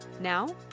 Now